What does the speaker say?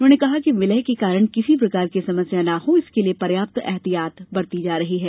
उन्होंने कहा कि विलय के कारण किसी प्रकार की समस्या न हो इसके लिए पर्याप्त एहतियात बरती जा रही है